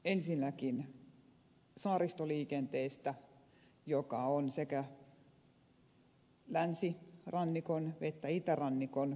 ensinnäkin saaristoliikenteestä joka on sekä länsirannikon että itärannikon yhteinen aihe